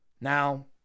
Now